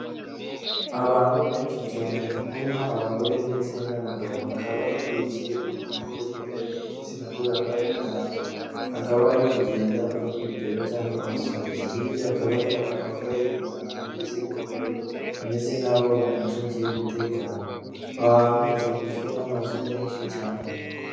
Abantu benshi cyane, harimo abagore ndetse n'abagabo, bakaba bakurikiye umuntu uri imbere w'igitsina gore wambaye ikanzu, akaba ari kugenda abapepera cyangwa abasuhuza, hirya hakaba hari abantu bambaye impuzankano ndetse n'ingofero, bameze nkaho bamucungiye umutekano, aho hantu hazengurutswe n'amazu menshi cyane.